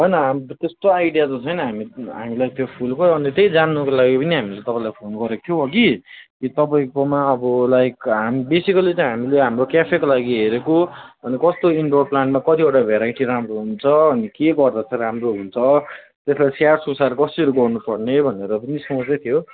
होइन हाम्रो त्यस्तो आइडिया त छैन हामी हामीलाई त्यो फुलको अनि त्यही जान्नुको लागि पनि हामीले तपाईँलाई फोन गरेको थियौँ अघि तपाईँकोमा अब लाइक हाम् बेसिकल्ली त हामीले हाम्रो क्याफेको लागि हेरेको अन्त कस्तो इन्डोर प्लान्टमा कतिवटा भेराइटी राम्रो हुन्छ अनि के गर्दा तै राम्रो हुन्छ त्यसलाई स्याहार सुसार कसरी गर्नुपर्ने भनेर पनि सोच्दै थियो